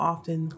Often